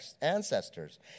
ancestors